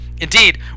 Indeed